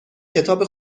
کتاب